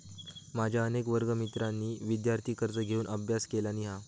माझ्या अनेक वर्गमित्रांनी विदयार्थी कर्ज घेऊन अभ्यास केलानी हा